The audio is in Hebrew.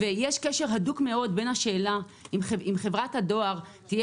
יש קשר הדוק מאוד בין השאלה אם חברת הדואר תהיה